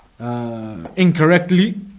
Incorrectly